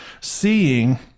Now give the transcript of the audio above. seeing